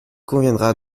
conviendra